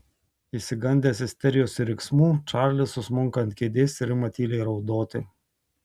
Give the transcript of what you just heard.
išsigandęs isterijos ir riksmų čarlis susmunka ant kėdės ir ima tyliai raudoti